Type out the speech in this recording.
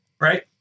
right